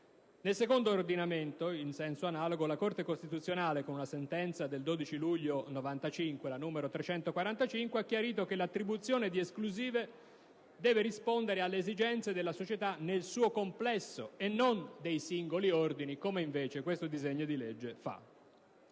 Nel nostro ordinamento, in senso analogo, la Corte costituzionale, con la sentenza del 12 luglio 1995, n. 345, ha chiarito che l'attribuzione di esclusive deve rispondere alle esigenze della società nel suo complesso e non dei singoli ordini, come invece questo disegno di legge